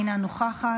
אינה נוכחת,